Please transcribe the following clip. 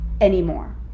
anymore